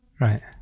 Right